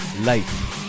life